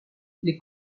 les